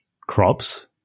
crops